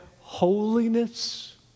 holiness